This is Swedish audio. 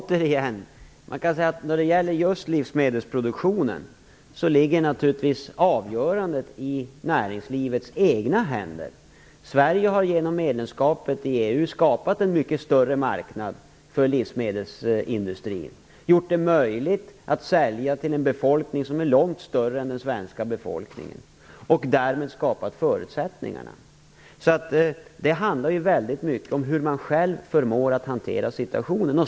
Fru talman! Återigen: När det gäller livsmedelsproduktionen ligger avgörandet i näringslivets egna händer. Genom medlemskapet i EU har Sverige skapat en mycket större marknad för livsmedelsindustrin. Det har blivit möjligt att sälja till en befolkning som är långt större än den svenska befolkningen. Därmed har det skapats förutsättningar. Det handlar väldigt mycket om hur man själv förmår att hantera situationen.